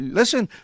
listen